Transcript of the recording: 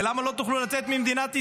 ולמה לא תוכלו לצאת ממדינת ישראל?